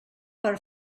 per